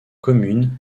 commune